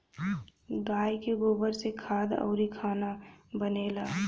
गाइ के गोबर से खाद अउरी खाना बनेला